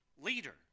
leader